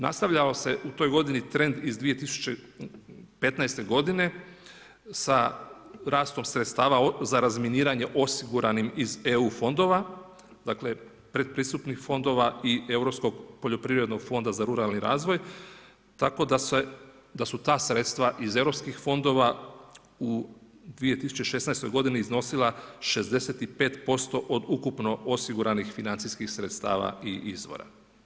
Nastavljao se u toj godini trend iz 2015. godine sa rastom sredstava za razminiranje osiguranim iz eu fondova, dakle pretpristupnih fondova i Europskog poljoprivrednog fonda za ruralni razvoj tako da su ta sredstva iz europskih fondova u 2016. godini iznosila 65% od ukupno osiguranih financijskih sredstava i izvora.